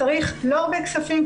צריך לא בכספים,